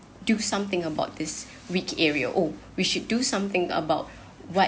do something about this weak area oh we should do something about what